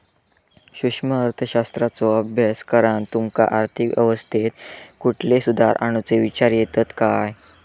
सूक्ष्म अर्थशास्त्राचो अभ्यास करान तुमका आर्थिक अवस्थेत कुठले सुधार आणुचे विचार येतत काय?